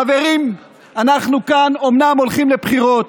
חברים, אנחנו כאן אומנם הולכים לבחירות,